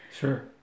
Sure